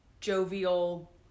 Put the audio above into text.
jovial